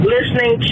Listening